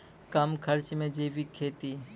कम खर्च मे जैविक खेती?